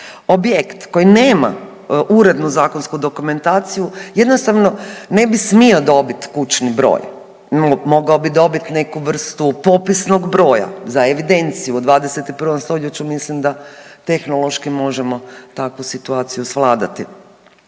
Objekt koji nema urednu zakonsku dokumentaciju jednostavno ne bi smio dobit kućni broj, mogao bi dobiti neku vrstu popisnog broja za evidenciju, u 21. stoljeću mislim da tehnološki možemo takvu situaciju svladati.